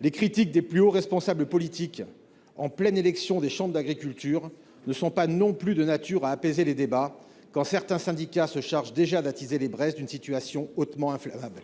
Les critiques des plus hauts responsables politiques, en pleine élection des chambres d’agriculture, ne sont pas non plus de nature à apaiser les débats, alors que certains syndicats se chargent déjà d’attiser les braises d’une situation hautement inflammable.